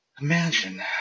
imagine